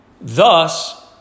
Thus